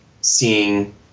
seeing